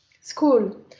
school